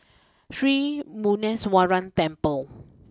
Sri Muneeswaran Temple